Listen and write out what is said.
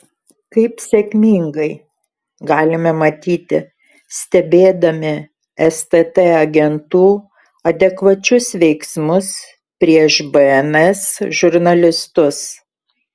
kaip sėkmingai galime matyti stebėdami stt agentų adekvačius veiksmus prieš bns žurnalistus